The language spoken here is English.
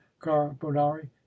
Carbonari